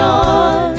on